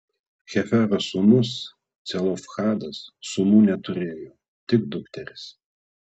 hefero sūnus celofhadas sūnų neturėjo tik dukteris